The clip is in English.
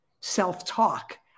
self-talk